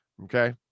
Okay